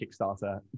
Kickstarter